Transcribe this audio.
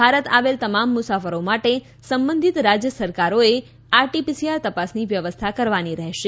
ભારત આવેલ તમામ મુસાફરો માટે સંબંધિત રાજ્ય સરકારોએ આરટી પીસીઆર તપાસની વ્યવસ્થા કરવાની રહેશે